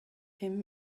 him